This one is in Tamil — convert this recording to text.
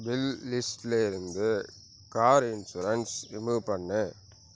பில்ஸ் லிஸ்ட்டில் இருந்து கார் இன்சுரன்ஸ் ரிமூவ் பண்ணு